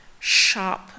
sharp